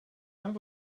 and